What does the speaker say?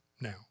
now